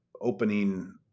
opening